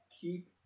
keep